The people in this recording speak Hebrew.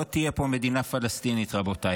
לא תהיה פה מדינה פלסטינית, רבותיי.